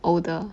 older